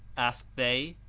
asked they.